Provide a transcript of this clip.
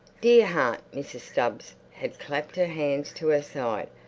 dear heart! mrs. stubbs had clapped her hand to her side.